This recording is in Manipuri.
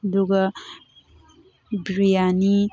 ꯑꯗꯨꯒ ꯕꯤꯔꯌꯥꯅꯤ